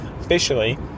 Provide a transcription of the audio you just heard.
officially